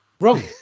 wrong